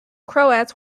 croats